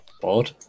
Bored